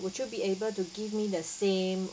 would you be able to give me the same